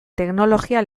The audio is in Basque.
teknologia